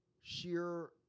sheer